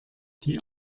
die